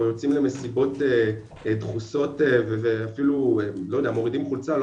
יוצאים למסיבות דחוסות ואפילו לא יודע מורידים חולצה לא